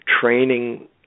training